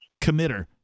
committer